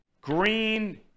Green